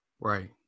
Right